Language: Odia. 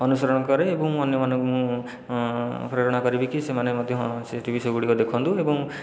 ଅନୁସରଣ କରେ ଏବଂ ଅନ୍ୟମାନଙ୍କୁ ମୁଁ ପ୍ରେରଣ କରିବି କି ସେମାନେ ମଧ୍ୟ ସେଗୁଡ଼ିକ ଦେଖନ୍ତୁ ଏବଂ